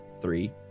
three